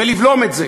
ולבלום את זה.